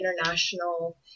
international